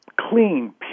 Clean